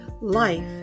life